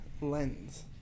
Lens